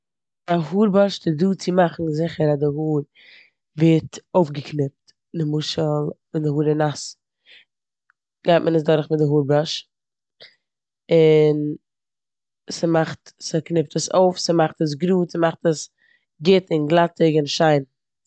א האר בארשט איז דא צו מאכן זיכער אז די האר ווערט אויפגעקניפט. נמשל ווען די האר איז נאס גייט מען עס דורך מיט די האר בראש און ס'מאכט- ס'קניפט עס אויף, ס'מאכט עס גראד, ס'מאכט עס גוט און גלאטיג און זיין.